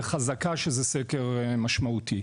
וחזקה שזה סקר משמעותי.